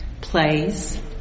plays